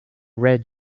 red